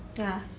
ya